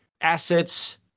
assets